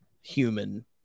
human